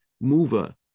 mover